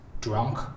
Drunk